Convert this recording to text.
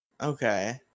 Okay